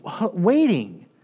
waiting